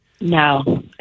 no